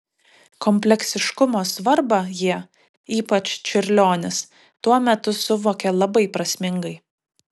kompleksiškumo svarbą jie ypač čiurlionis tuo metu suvokė labai prasmingai